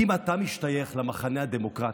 כי אם אתה משתייך למחנה הדמוקרטי,